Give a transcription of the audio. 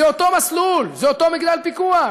זה אותו מסלול, זה אותו מגדל פיקוח.